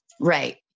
Right